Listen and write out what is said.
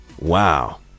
Wow